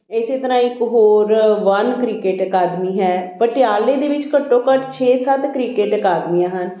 ਇਸੇ ਤਰ੍ਹਾਂ ਇੱਕ ਹੋਰ ਵਨ ਕ੍ਰਿਕਟ ਅਕਾਦਮੀ ਹੈ ਪਟਿਆਲੇ ਦੇ ਵਿੱਚ ਘੱਟੋ ਘੱਟ ਛੇ ਸੱਤ ਕ੍ਰਿਕਟ ਅਕਾਦਮੀਆਂ ਹਨ